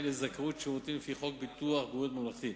לזכאות לשירותים לפי חוק ביטוח בריאות ממלכתי.